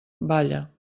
balla